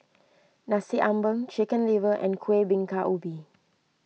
Nasi Ambeng Chicken Liver and Kuih Bingka Ubi